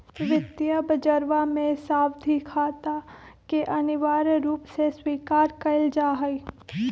वित्तीय बजरवा में सावधि खाता के अनिवार्य रूप से स्वीकार कइल जाहई